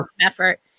effort